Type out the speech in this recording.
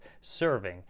serving